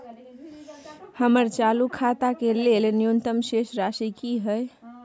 हमर चालू खाता के लेल न्यूनतम शेष राशि की हय?